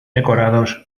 decorados